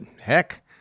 heck